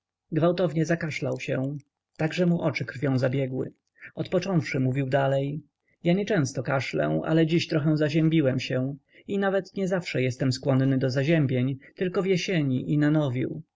gwałtownie zakaszlał się tak że mu oczy krwią zabiegły odpocząwszy mówił dalej ja nieczęsto kaszlę ale dziś trochę zaziębiłem się i nawet niezawsze jestem skłonny do zaziębień tylko w jesieni i na nowiu